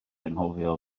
anghofio